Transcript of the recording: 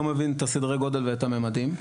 לא מבין את סדרי הגודל ואת המימדים.